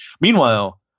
Meanwhile